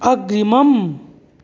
अग्रिमम्